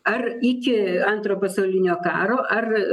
ar iki antro pasaulinio karo ar